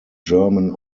german